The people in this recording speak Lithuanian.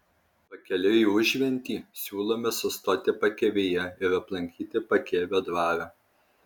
pakeliui į užventį siūlome sustoti pakėvyje ir aplankyti pakėvio dvarą